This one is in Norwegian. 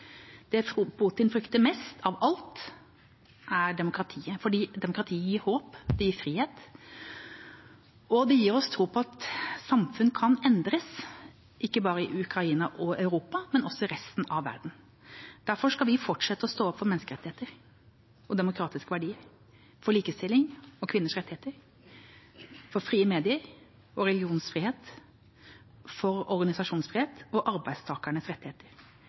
frykter mest av alt, er demokratiet, for demokrati gir håp, det gir frihet, og det gir oss tro på at samfunn kan endres, ikke bare i Ukraina og Europa, men også i resten av verden. Derfor skal vi fortsette å stå opp for menneskerettigheter og demokratiske verdier, for likestilling og kvinners rettigheter, for frie medier og religionsfrihet, for organisasjonsfrihet og arbeidstakernes rettigheter.